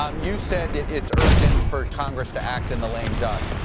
um you said it's urgent for congress to act in the lame duck.